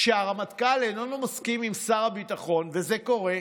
כשהרמטכ"ל איננו מסכים עם שר הביטחון, וזה קורה,